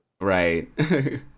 right